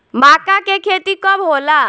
माका के खेती कब होला?